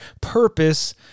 purpose